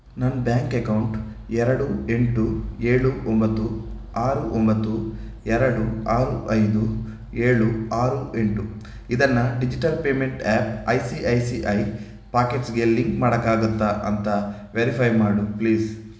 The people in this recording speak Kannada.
ನನ್ನ ಬ್ಯಾಂಕ್ ಅಕೌಂಟ್ ಎರಡು ಎಂಟು ಏಳು ಒಂಬತ್ತು ಆರು ಒಂಬತ್ತು ಎರಡು ಆರು ಐದು ಏಳು ಆರು ಎಂಟು ಇದನ್ನು digital payment app I C I C I ಪಾಕೆಟ್ಸ್ಗೆ ಲಿಂಕ್ ಮಾಡಕ್ಕಾಗತ್ತಾ ಅಂತ ವೆರಿಫೈ ಮಾಡು ಪ್ಲೀಸ್